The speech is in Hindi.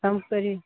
कम करें